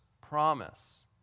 promise